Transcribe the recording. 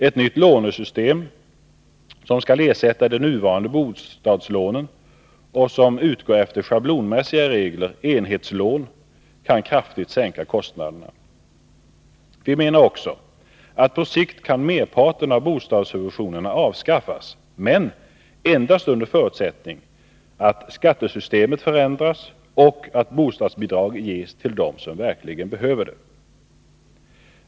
Ett nytt lånesystem, som skall ersätta de nuvarande bostadslånen och som utgår efter schablonmässiga regler — enhetslån — kan kraftigt sänka kostnaderna. Vi menar också att merparten av bostadssubventionerna på sikt kan avskaffas, men endast under förutsättning att skattesystemet förändras och att bostadsbidrag ges till dem som verkligen behöver det.